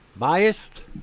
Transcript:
Biased